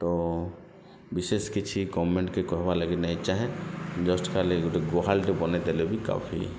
ତ ବିଶେଷ କିଛି ଗମେଣ୍ଟ କେ କହିବା ଲାଗି ନାଇଁ ଚାହେଁ ଜଷ୍ଟ ଖାଲି ଗୁଟେ ଗୁହାଲଟେ ବନେଇ ଦେଲେ ବି କାଫି